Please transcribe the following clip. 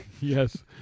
Yes